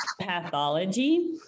pathology